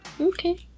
Okay